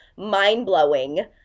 mind-blowing